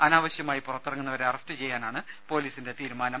അനാവശ്യമായി പുറത്തിറങ്ങുന്നവരെ അറസ്റ്റ് ചെയ്യാനാണ് പോലീസിന്റെ തീരുമാനം